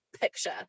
picture